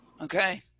Okay